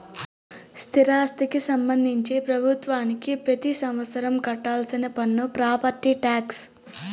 స్థిరాస్తికి సంబంధించి ప్రభుత్వానికి పెతి సంవత్సరం కట్టాల్సిన పన్ను ప్రాపర్టీ టాక్స్